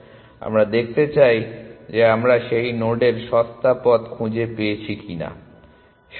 আমরা দেখতে চাই যে আমরা সেই নোডের সস্তা পথ খুঁজে পেয়েছি কি না সঠিক